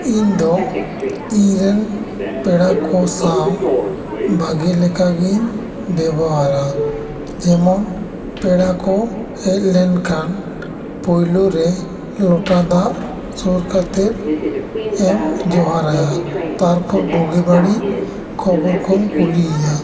ᱤᱧ ᱫᱚ ᱤᱧ ᱨᱮᱱ ᱯᱮᱲᱟ ᱠᱚ ᱥᱟᱶ ᱵᱷᱟᱜᱮ ᱞᱮᱠᱟ ᱜᱮᱧ ᱵᱮᱵᱚᱦᱟᱨᱟ ᱡᱮᱢᱚᱱ ᱯᱮᱲᱟ ᱠᱚ ᱦᱮᱡ ᱞᱮᱱ ᱠᱷᱟᱱ ᱯᱩᱭᱞᱩ ᱨᱮ ᱞᱚᱴᱟ ᱫᱟᱜ ᱥᱩᱨ ᱠᱟᱛᱮᱫ ᱮᱢ ᱡᱚᱦᱟᱨᱟᱭᱟ ᱛᱟᱨ ᱯᱚᱨ ᱵᱩᱜᱤ ᱵᱟᱹᱲᱤᱡ ᱠᱷᱚᱵᱚᱨ ᱠᱚᱢ ᱠᱩᱞᱤᱭᱭᱟ